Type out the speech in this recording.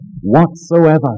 whatsoever